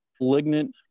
Malignant